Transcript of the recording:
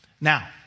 Now